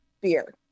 beer